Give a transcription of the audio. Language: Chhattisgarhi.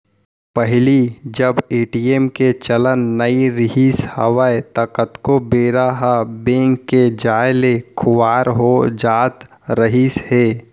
पहिली जब ए.टी.एम के चलन नइ रिहिस हवय ता कतको बेरा ह बेंक के जाय ले खुवार हो जात रहिस हे